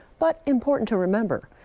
but important to remember.